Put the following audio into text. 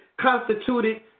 constituted